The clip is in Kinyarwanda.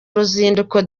ruzinduko